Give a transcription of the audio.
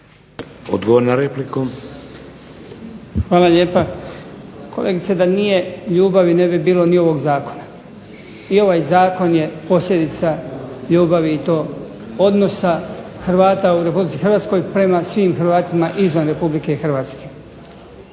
Goran (HDZ)** Hvala lijepa. Kolegice da nije ljubavi ne bi bilo ni ovog zakona. I ovaj zakon je posljedica ljubavi i to odnosa Hrvata u RH prema svim Hrvatima izvan RH. Iako